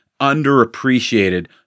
underappreciated